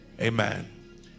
amen